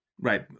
Right